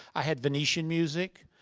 i had venetian music.